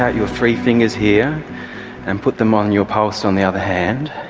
ah your three fingers here and put them on your pulse on the other hand.